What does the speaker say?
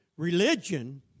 Religion